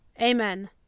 Amen